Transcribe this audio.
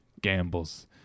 gambles